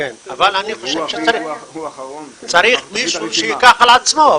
--- אבל אני חושב שצריך שמישהו ייקח על עצמו.